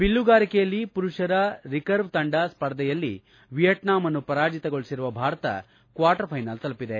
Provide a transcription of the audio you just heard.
ಬಿಲ್ಲುಗಾರಿಕೆಯಲ್ಲಿ ಪುರುಷರ ರಿಕರ್ವ ತಂಡ ಸ್ಪರ್ಧೆಯಲ್ಲಿ ವಿಯಟ್ನಾಂನ್ನು ಪರಾಜಿತಗೊಳಿಸಿರುವ ಭಾರತ ಕ್ನಾರ್ಟರ್ ಫೈನಲ್ ತಲುಪಿದೆ